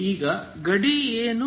ಈಗ ಗಡಿ ಏನು